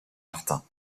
martin